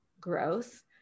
growth